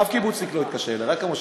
אף קיבוצניק לא התקשר אלי, רק המושבניקים.